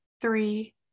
three